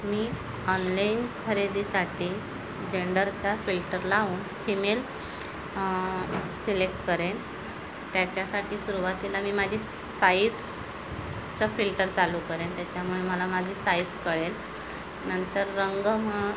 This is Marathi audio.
मी ऑनलाईन खरेदीसाठी जेंडरचा फिल्टर लावून फिमेल सिलेक्ट करेन त्याच्यासाठी सुरवातीला मी माझी साईजचा फिल्टर चालू करेन त्याच्यामुळे मला माझी साईज कळेल नंतर रंग मग